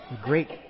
great